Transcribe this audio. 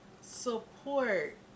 support